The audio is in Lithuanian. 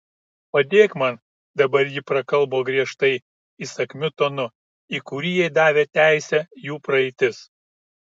padėk man dabar ji prakalbo griežtai įsakmiu tonu į kurį jai davė teisę jų praeitis